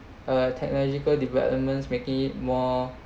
uh technological developments making it more